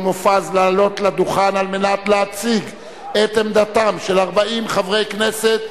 מופז לעלות לדוכן כדי להציג את עמדתם של 40 חברי כנסת,